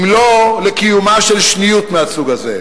אם לא לקיומה של שניות מהסוג הזה.